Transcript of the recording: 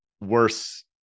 worse